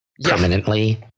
permanently